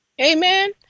Amen